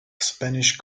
spanish